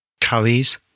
curries